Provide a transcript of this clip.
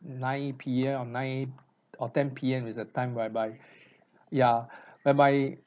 nine P_M or nine or ten P_M is a time whereby ya whereby